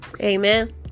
Amen